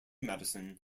madison